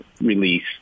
release